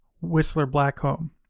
Whistler-Blackcomb